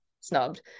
snubbed